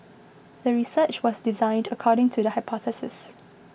the research was designed according to the hypothesis